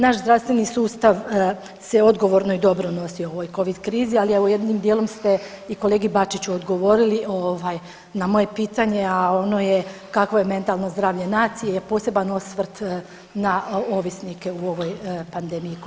Naš zdravstveni sustav se odgovorno i dobro nosi u ovoj Covid krizi, ali evo jednim dijelom ste i kolegi Bačiću odgovorili na moje pitanje a ono je kakvo je mentalno zdravlje nacije i poseban osvrt na ovisnike u ovoj pandemiji Covid-a.